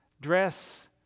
dress